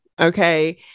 okay